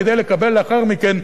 כדי לקבל לאחר מכן,